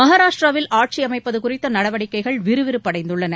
மகாராஷ்டிராவில் ஆட்சி அமைப்பது குறித்த நடவடிக்கைகள் விறுவிறுப்படைந்துள்ளன